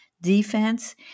defense